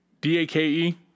D-A-K-E